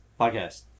Podcast